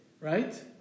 right